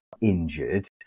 injured